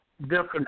different